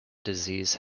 disease